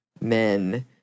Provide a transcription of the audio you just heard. men